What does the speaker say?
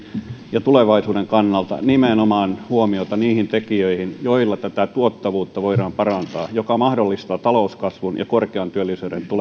ja tulevaisuuden kannalta huomiota nimenomaan niihin tekijöihin joilla tätä tuottavuutta voidaan parantaa mikä mahdollistaa talouskasvun ja korkean työllisyyden